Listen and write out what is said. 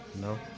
No